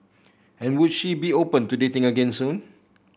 and would she be open to dating again soon